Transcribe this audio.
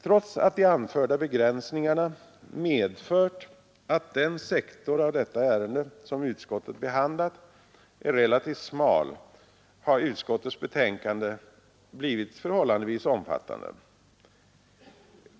Trots att de anförda begränsningarna medfört att den sektor av detta ärende som utskottet behandlat är relativt smal har utskottets betänkande blivit förhållandevis omfattande.